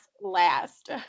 last